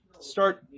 start